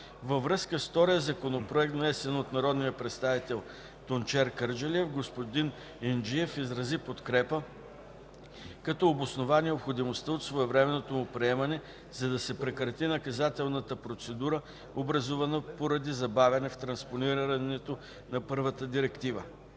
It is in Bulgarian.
Във връзка с втория законопроект, внесен от народния представител Тунчер Кърджалиев, господин Инджиев изрази подкрепа, като обоснова необходимостта от своевременното му приемане, за да се прекрати наказателната процедура, образувана поради забавяне в транспонирането на първата директива.